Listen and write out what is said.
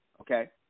Okay